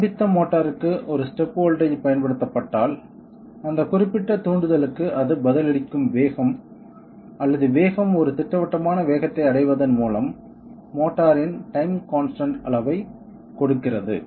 ஸ்தம்பித்த மோட்டாருக்கு ஒரு step voltage பயன்படுத்தப்பட்டால் அந்த குறிப்பிட்ட தூண்டுதலுக்கு அது பதிலளிக்கும் வேகம் அல்லது வேகம் ஒரு திட்டவட்டமான வேகத்தை அடைவதன் மூலம் மோட்டாரின் டைம் கான்ஸ்டன்ட் அளவைக் கொடுக்கிறது